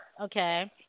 okay